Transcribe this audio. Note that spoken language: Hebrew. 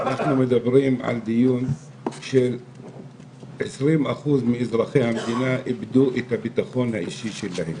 אנחנו מדברים על דיון ש-20% מאזרחי המדינה איבדו את הביטחון האישי שלהם.